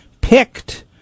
picked